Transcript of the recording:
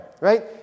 right